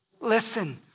Listen